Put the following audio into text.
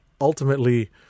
ultimately